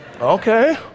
Okay